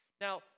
Now